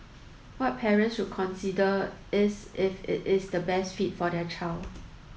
what parents should consider is if it is the best fit for their child